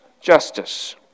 justice